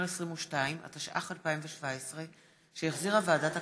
22), התשע"ח 2017, שהחזירה ועדת הכלכלה.